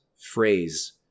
phrase